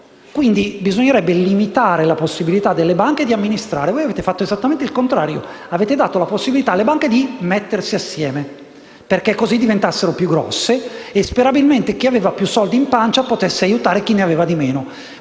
quindi bisognerebbe limitare la possibilità delle banche di amministrare. Voi avete fatto esattamente il contrario: avete dato alle banche la possibilità di mettersi insieme perché diventassero più grosse nella speranza che chi aveva più soldi in pancia potesse aiutare chi ne aveva meno.